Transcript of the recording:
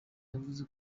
yavuze